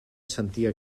sentia